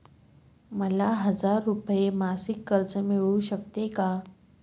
मला हजार रुपये मासिक कर्ज मिळू शकते का?